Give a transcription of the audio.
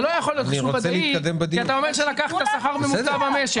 זה לא יכול להיות חישוב ודאי כשאתה אומר שלקחת שכר ממוצע במשק.